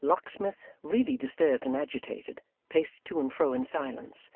locksmith, really disturbed and agitated, paced to and fro in silence